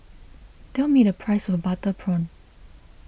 tell me the price of Butter Prawn